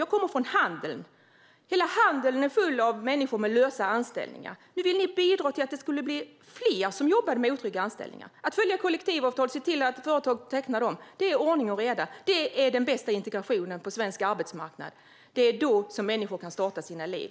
Jag kommer från handeln. Där är det fullt av människor med lösa anställningar. Nu vill ni bidra till att det ska bli fler som jobbar med otrygga anställningar. Att följa kollektivavtal och att se att företag tecknar sådana, det är ordning och reda. Det är den bästa integrationen på svensk arbetsmarknad. Det är då människor kan starta sina liv.